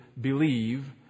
believe